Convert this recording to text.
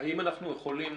האם אנחנו יכולים,